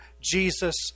Jesus